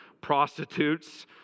prostitutes